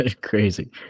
crazy